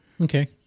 okay